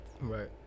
Right